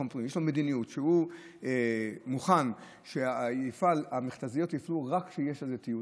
מדיניות שבה הוא מוכן שהמכת"זיות יופעלו רק כשיש תיעוד,